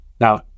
Now